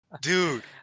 Dude